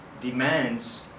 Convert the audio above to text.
demands